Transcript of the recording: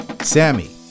Sammy